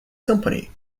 company